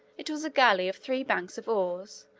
it was a galley of three banks of oars,